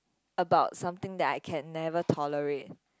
about something that I can never tolerate